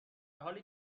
حالی